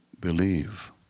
believe